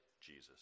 Jesus